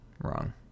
wrong